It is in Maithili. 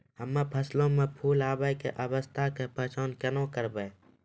हम्मे फसलो मे फूल आबै के अवस्था के पहचान केना करबै?